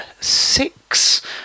six